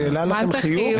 זה העלה לכם חיוך?